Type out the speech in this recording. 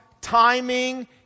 timing